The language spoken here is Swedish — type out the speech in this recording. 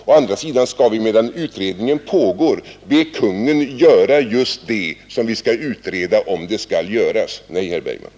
Å andra sidan skall vi, medan utredningen pågår be Kungl. Maj:t att göra just den ändring som skall utredas.